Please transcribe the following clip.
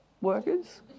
workers